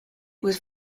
was